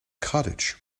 cottage